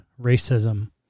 racism